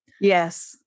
Yes